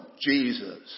Jesus